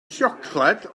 siocled